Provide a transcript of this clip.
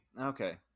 okay